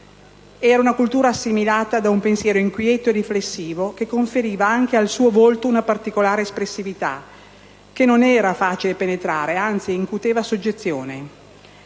era una cultura assimilata da un pensiero inquieto e riflessivo che conferiva anche al suo volto una particolare espressività, che non era facile penetrare, anzi incuteva soggezione.